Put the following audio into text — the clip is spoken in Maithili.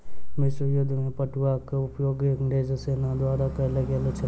विश्व युद्ध में पटुआक उपयोग अंग्रेज सेना द्वारा कयल गेल छल